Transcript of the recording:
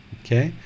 okay